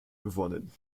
gewonnen